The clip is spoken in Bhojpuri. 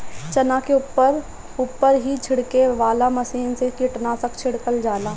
चना के ऊपर ऊपर ही छिड़के वाला मशीन से कीटनाशक छिड़कल जाला